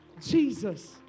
Jesus